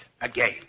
again